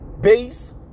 Base